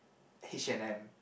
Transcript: H-and-M